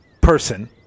person